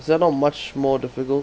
is that not much more difficult